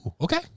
Okay